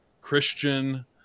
Christian